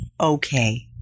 Okay